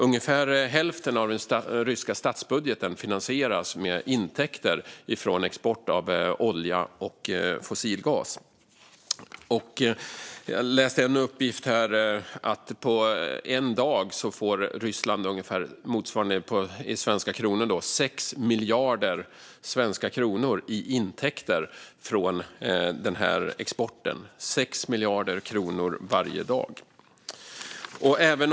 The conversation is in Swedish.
Ungefär hälften av den ryska statsbudgeten finansieras med intäkter från export av olja och fossil gas. Jag läste en uppgift om att Ryssland på en dag får motsvarande ungefär 6 miljarder svenska kronor i intäkter från denna export.